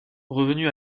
revenu